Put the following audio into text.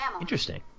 Interesting